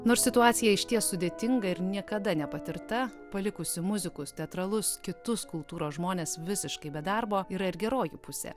nors situacija išties sudėtinga ir niekada nepatirta palikusi muzikus teatralus kitus kultūros žmones visiškai be darbo yra ir geroji pusė